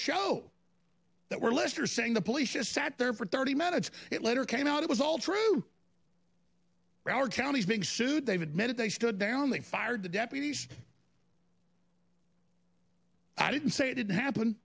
show that were listeners saying the police just sat there for thirty minutes it later came out it was all true our counties being sued they've admitted they stood down they fired the deputies i didn't say it didn't happen